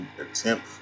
attempt